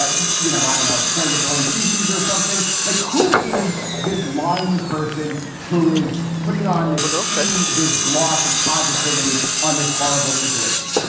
ah you you know, i don't know, playing with their own feces or something like who is this lying person who is putting on this sheen, this gloss of positivity on this horrible situation?